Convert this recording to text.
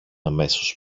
αμέσως